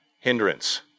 hindrance